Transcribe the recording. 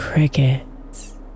Crickets